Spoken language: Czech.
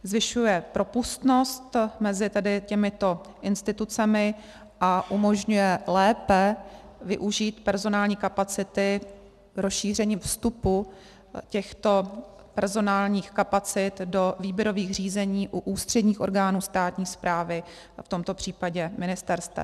Zvyšuje propustnost mezi těmito institucemi a umožňuje lépe využít personální kapacity a rozšíření vstupu těchto personálních kapacit do výběrových řízení u ústředních orgánů státní správy, v tomto případě ministerstev.